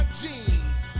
jeans